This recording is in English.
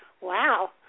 Wow